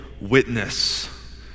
witness